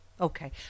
okay